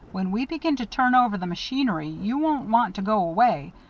when we begin to turn over the machinery you won't want to go away,